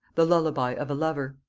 the lullaby of a lover.